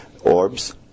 orbs